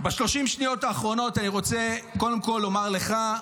ב-30 השניות האחרונות אני רוצה קודם כול לומר לך,